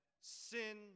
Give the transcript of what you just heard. sin